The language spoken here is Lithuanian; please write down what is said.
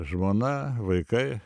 žmona vaikai